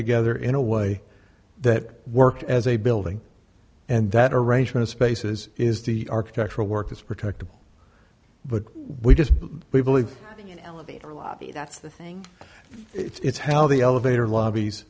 together in a way that worked as a building and that arrangement spaces is the architectural work that's protected but we just we believe in elevator lobby that's the thing it's how the elevator lobbies